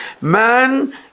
Man